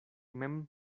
mem